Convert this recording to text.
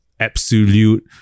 absolute